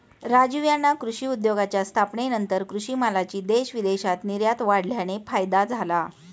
राजीव यांना कृषी उद्योगाच्या स्थापनेनंतर कृषी मालाची देश विदेशात निर्यात वाढल्याने फायदा झाला